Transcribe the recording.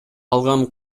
алган